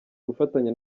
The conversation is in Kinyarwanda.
gufatanya